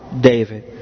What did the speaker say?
David